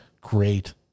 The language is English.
great